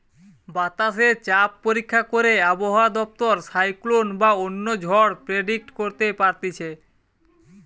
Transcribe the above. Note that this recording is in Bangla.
বাতাসে চাপ পরীক্ষা করে আবহাওয়া দপ্তর সাইক্লোন বা অন্য ঝড় প্রেডিক্ট করতে পারতিছে